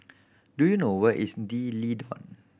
do you know where is D'Leedon